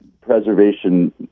preservation